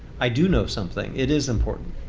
i do know something. it is important.